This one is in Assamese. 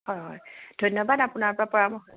হয় হয় ধন্যবাদ আপোনাৰ পৰা পৰামৰ্শ